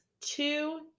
two